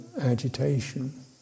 agitation